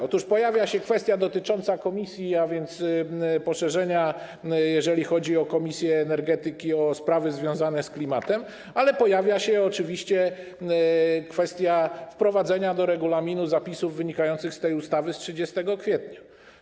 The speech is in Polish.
Otóż pojawia się kwestia dotycząca komisji, a więc poszerzenia, jeżeli chodzi o komisję energetyki i o sprawy związane z klimatem, ale oczywiście pojawia się też kwestia wprowadzenia do regulaminu zapisów wynikających z tej ustawy z 30 kwietnia.